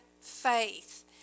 faith